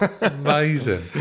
Amazing